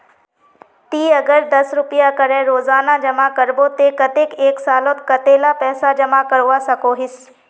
ती अगर दस रुपया करे रोजाना जमा करबो ते कतेक एक सालोत कतेला पैसा जमा करवा सकोहिस?